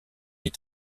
les